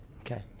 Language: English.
Okay